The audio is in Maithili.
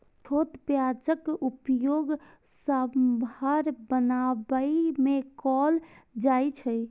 छोट प्याजक उपयोग सांभर बनाबै मे कैल जाइ छै